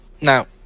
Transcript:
Now